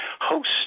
host